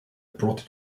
brought